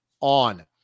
on